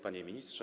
Panie Ministrze!